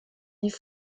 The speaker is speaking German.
die